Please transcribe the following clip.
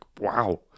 wow